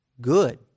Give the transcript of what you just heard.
Good